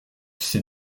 ces